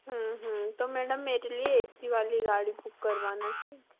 तो मैडम मेरे लिए एसी वाली गाड़ी बुक करवाना ठीक